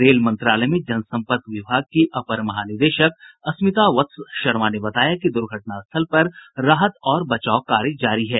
rail मंत्रालय में जनसंपर्क विभाग की अपर महानिदेशक स्मिता वत्स शर्मा ने बताया कि द्र्घटना स्थल पर राहत और बचाव कार्य जारी है